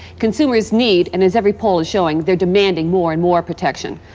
consumers need and, as every poll is showing, they're demanding more and more protection.